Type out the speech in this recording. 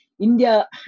India